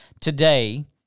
today